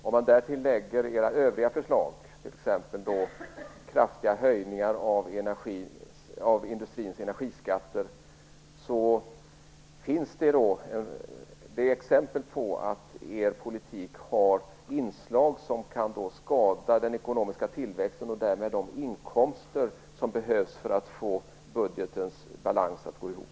Om man därtill lägger era övriga förslag, t.ex. kraftiga höjningar av industrins energiskatter, är det exempel på att er politik har inslag som kan skada den ekonomiska tillväxten och därmed de inkomster som behövs för att få balansen i budgeten att gå ihop.